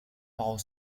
power